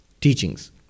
teachings